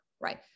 right